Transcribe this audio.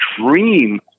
dream